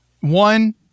one